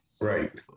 right